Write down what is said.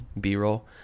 B-roll